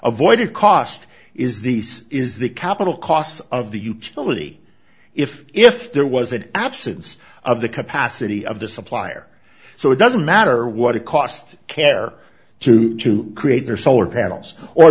avoided cost is this is the capital cost of the utility if if there was an absence of the capacity of the supplier so it doesn't matter what it cost care to to create their solar panels or